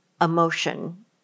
emotion